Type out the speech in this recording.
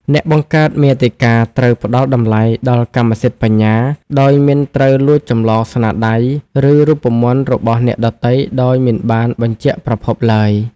អ្នកបង្កើតមាតិកាត្រូវផ្តល់តម្លៃដល់កម្មសិទ្ធិបញ្ញា ដោយមិនត្រូវលួចចម្លងស្នាដៃ ឬរូបមន្តរបស់អ្នកដទៃដោយមិនបានបញ្ជាក់ប្រភពឡើយ។